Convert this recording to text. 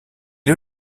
est